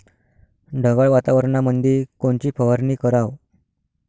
ढगाळ वातावरणामंदी कोनची फवारनी कराव?